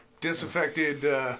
disaffected